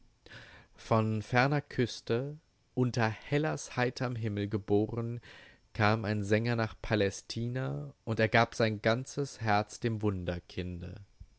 von ferner küste unter hellas heiterm himmel geboren kam ein sänger nach palästina und ergab sein ganzes herz dem